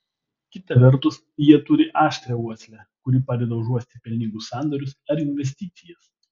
kita vertus jie turi aštrią uoslę kuri padeda užuosti pelningus sandorius ar investicijas